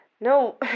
No